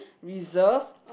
reserved